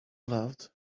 loved